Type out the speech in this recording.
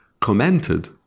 commented